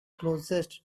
closest